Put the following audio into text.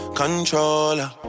controller